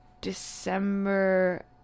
December